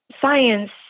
science